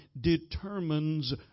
determines